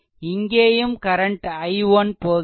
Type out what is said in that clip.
இங்கேயும் current i1 போகிறது